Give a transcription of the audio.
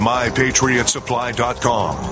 MyPatriotSupply.com